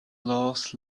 laughs